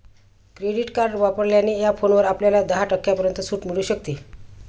credit card वापरल्याने या फोनवर आपल्याला दहा टक्क्यांपर्यंत सूट मिळू शकते